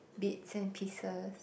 bits and pieces